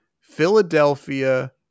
Philadelphia